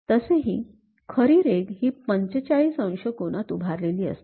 तसेही खरी रेघ ही ४५ अंश कोनात उभारलेली असते